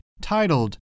titled